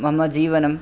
मम जीवनम्